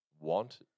Want